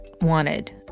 wanted